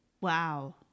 Wow